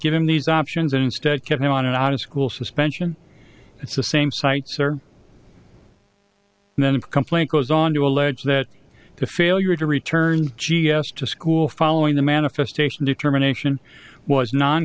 give him these options instead kept him on an out of school suspension it's the same sights are then complaint goes on to allege that the failure to return g s to school following the manifestation determination was non